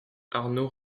arnaud